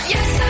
Yes